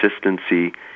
consistency